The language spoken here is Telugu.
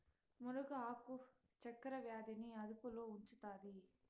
మునగ ఆకు చక్కర వ్యాధి ని అదుపులో ఉంచుతాది